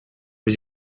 was